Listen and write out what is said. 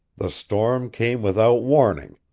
the storm came without warning,